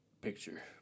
picture